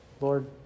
Lord